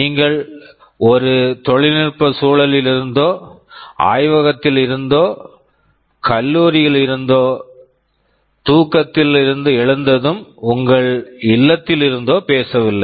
நீங்கள் ஒரு தொழில்நுட்ப சூழலில் இருந்தோ ஆய்வகத்தில் இருந்தோ கல்லூரியில் இருந்தோ தூக்கத்திலிருந்து எழுந்ததும் உங்கள் இல்லத்தில் இருந்தோ பேசவில்லை